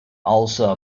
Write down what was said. also